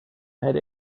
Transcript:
had